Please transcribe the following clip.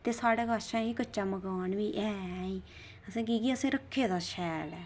ते साढ़े कश कच्चा मकान बी ऐ ऐहीं की के असें रक्खे दा शैल